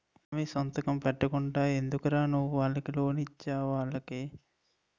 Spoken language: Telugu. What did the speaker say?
హామీ సంతకం పెట్టకుండా ఎందుకురా నువ్వు లోన్ ఇచ్చేవు వాళ్ళకి